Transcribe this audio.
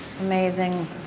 amazing